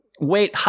wait